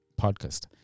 podcast